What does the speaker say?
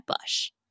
Bush